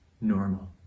normal